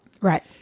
Right